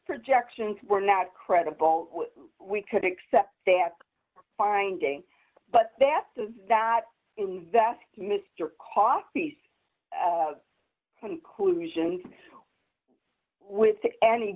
projections were not credible we could accept that finding but that does that investing mr coffee's conclusions with any